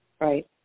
right